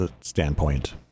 standpoint